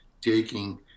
taking